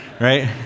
right